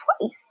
twice